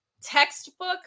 textbook